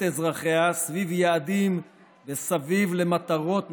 אזרחיה סביב יעדים וסביב למטרות משותפות,